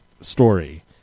story